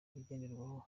bigenderwaho